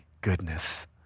goodness